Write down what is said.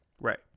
Right